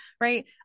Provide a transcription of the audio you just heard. right